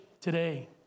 today